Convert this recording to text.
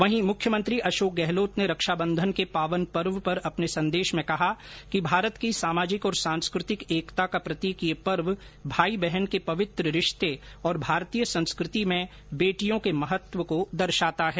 वहीं मुख्यमंत्री अशोक गहलोत ने रक्षाबंधन के पावन पर्व पर अपने संदेश में कहा कि भारत की सामाजिक और सांस्कृतिक एकता का प्रतीक यह पर्व भाई बहन के पवित्र रिश्ते और भारतीय संस्कृति में बेटियों के महत्व को दर्शाता है